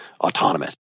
autonomous